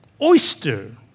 Oyster